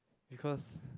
because